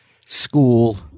school